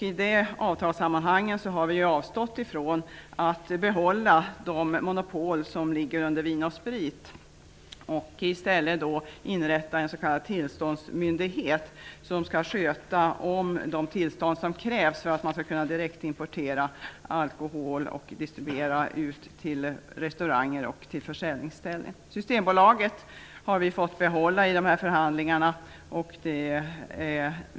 I dessa avtalssammmanhang har vi avstått från att behålla Vin & Sprit AB:s monopol. I stället har vi valt att inrätta en s.k. tillståndsmyndighet som skall sköta om de tillstånd som krävs för att man skall direktimportera alkohol och distribuera den till restauranger och försäljningsställen. Systembolaget har vi fått behålla vid förhandlingarna.